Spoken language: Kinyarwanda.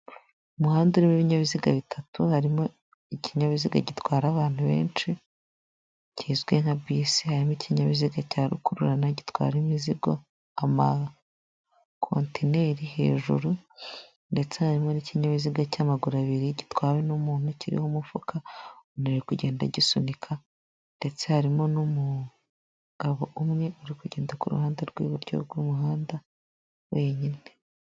Umuhanda urimo ibinyabiziga bitatu harimo ikinyabiziga gitwara abantu benshi kizwi nka bisi, harimo ikinkinyabiziga cya rukurura gitwara imizigo, ama kotineri hejuru, ndetse harimo n'ikinyabiziga cy'amaguru abiri gitwawe n'umuntu, kiriho umufuka umu ntu ari kugenda agisunika, ndetse harimo n'umugabo umwe ari kugenda ku ruhande rw'iburyo bw'umuhanda wenyine.